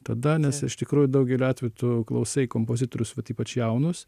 tada nes iš tikrųjų daugeliu atveju tu klausai kompozitorius vat ypač jaunus